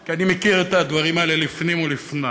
כי אני מכיר את הדברים האלה לפני לפנים.